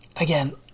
again